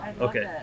Okay